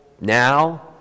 now